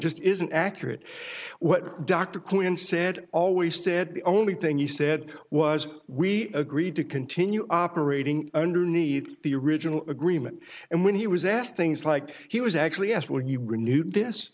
just isn't accurate what dr quinn said always said the only thing he said was we agreed to continue operating underneath the original agreement and when he was asked things like he was actually asked when you were new to this